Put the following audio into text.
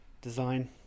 Design